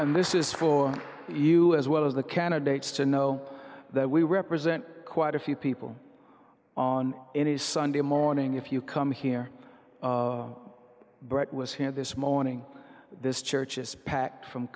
and this is for you as well as the candidates to know that we represent quite a few people on any sunday morning if you come here bright was hit this morning this church is packed from